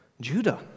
Judah